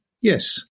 Yes